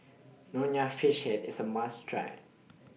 Nonya Fish Head IS A must Try